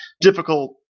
difficult